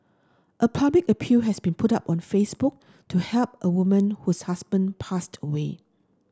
a public appeal has been put up on Facebook to help a woman whose husband passed away